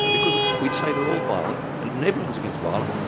because we'd say they're all violent and everyone's against violence,